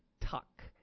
Tuck